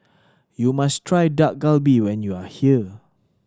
you must try Dak Galbi when you are here